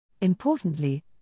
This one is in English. Importantly